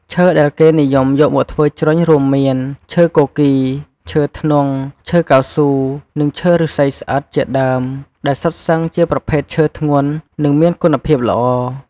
ឈើដែលគេនិយមយកមកធ្វើជ្រញ់រួមមាន ឈើគគី ឈើធ្នង់ ឈើកៅស៊ូ និងឈើឫស្សីស្អិត ជាដើម ដែលសុទ្ធសឹងជាប្រភេទឈើធ្ងន់ និងមានគុណភាពល្អ។